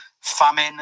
famine